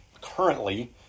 currently